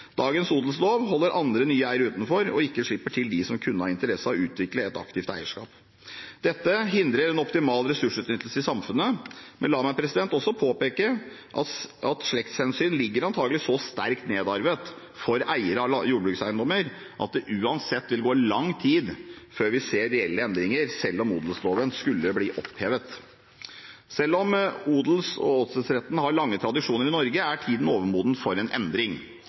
Dagens odelslov holder andre nye eiere utenfor og slipper ikke til dem som kunne ha interesse av å utvikle et aktivt eierskap. Dette hindrer en optimal ressursutnyttelse i samfunnet. Men la meg også påpeke at slektshensyn antakelig ligger så sterkt nedarvet for eiere av jordbrukseiendommer at det uansett vil gå lang tid før vi ser reelle endringer, selv om odelsloven skulle bli opphevet. Selv om odels- og åsetesretten har lange tradisjoner i Norge, er tiden overmoden for en endring.